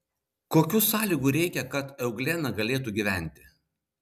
kokių sąlygų reikia kad euglena galėtų gyventi